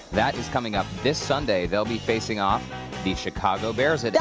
that is coming up this sunday. they'll be facing off the chicago bears. and